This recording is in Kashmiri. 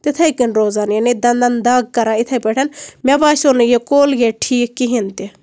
تِتھٕے کٔنۍ روزان یانے دَنٛدَن دَگ کران یِتھٕے پٲٹھۍ مےٚ باسیٚو نہٕ یہِ کولگیٹ ٹھیٖک کِہیٖنٛۍ تہِ